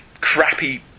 crappy